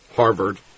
Harvard